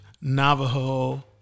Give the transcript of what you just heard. Navajo